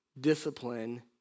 discipline